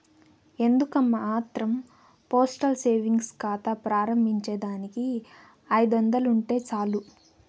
ఎందుకమ్మా ఆత్రం postal savings కాతా ప్రారంబించేదానికి ఐదొందలుంటే సాలు